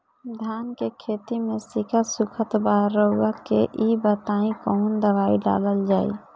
धान के खेती में सिक्का सुखत बा रउआ के ई बताईं कवन दवाइ डालल जाई?